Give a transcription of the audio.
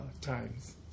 times